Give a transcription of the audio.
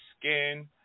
skin